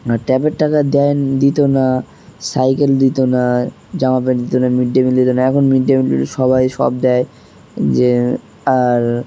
না ট্যাবের টাকা দেয় দিত না সাইকেল দিত না জামা প্যান্ট দিত না মিড ডে মিল দিত না এখন মিড ডে মিল সবাই সব দেয় যে আর